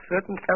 certain